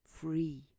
free